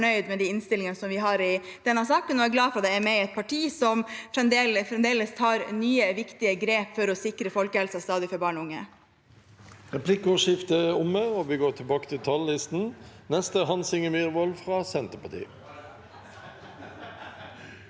og er glad for at jeg er med i et parti som fremdeles tar nye, viktige grep for å sikre folkehelsen for barn og unge.